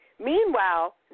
Meanwhile